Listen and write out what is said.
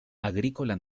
agrícola